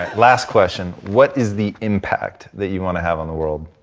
ah last question. what is the impact that you want to have on the world?